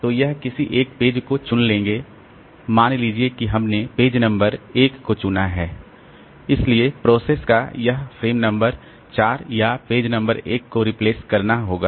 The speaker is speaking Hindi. तो हम किसी एक पेज को चुन लेंगे मान लीजिए कि हमने पेज नंबर 1 को चुना है इसलिए प्रोसेस का यह फ्रेम नंबर 4 या पेज नंबर 1 को रिप्लेस करना होगा